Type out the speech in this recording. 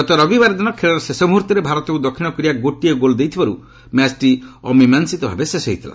ଗତ ରବିବାର ଦିନ ଖେଳର ଶେଷ ମୁହୂର୍ତ୍ତରେ ଭାରତକୁ ଦକ୍ଷିଣ କୋରିଆ ଗୋଟିଏ ଗୋଲ୍ ଦେଇଥିବାରୁ ମ୍ୟାଚ୍ଟି ଅମିମାଂସିତ ଭାବେ ଶେଷ ହୋଇଥିଲା